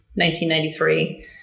1993